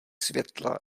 světla